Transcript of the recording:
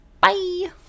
bye